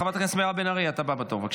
חברת הכנסת מירב בן ארי, את הבאה בתור, בבקשה.